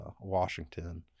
Washington